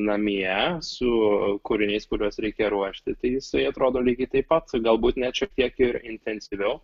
namie su kūriniais kuriuos reikia ruošti tai jisai atrodo lygiai taip pat galbūt net šiek tiek ir intensyviau